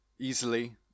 easily